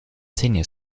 senior